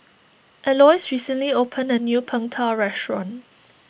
Alois recently opened a new Png Tao restaurant